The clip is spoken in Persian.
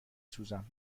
سوزم